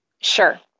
Sure